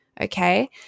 okay